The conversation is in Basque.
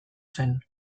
zen